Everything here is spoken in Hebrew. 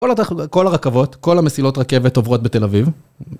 כל הרכבות, כל המסילות רכבת עוברות בתל אביב.